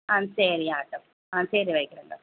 ஆ சரி ஆகட்டும் ஆ சரி வைக்கிறேங்க